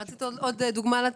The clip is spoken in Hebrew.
רצית לתת עוד דוגמה?